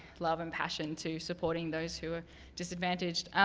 love, and passion to supporting those who are disadvantaged.